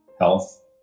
health